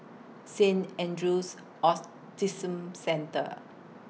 Saint Andrew's Autism Centre